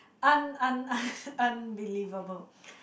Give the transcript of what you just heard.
un un un unbelievable